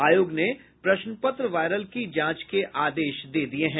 आयोग ने प्रश्नपत्र वायरल के जांच के आदेश दिये हैं